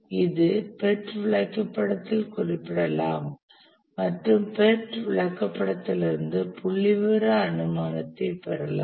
இது PERT விளக்கப்படத்தில் குறிப்பிடலாம் மற்றும் PERT விளக்கப்படத்திலிருந்து புள்ளிவிவர அனுமானத்தை பெறலாம்